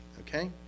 okay